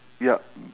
yup